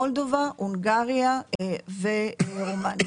מולדובה, הונגריה ורומניה.